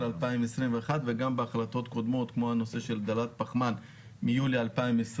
2021 וגם בהחלטות קודמות כמו הנושא של דלת פחמן מיולי 2021